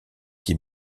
qui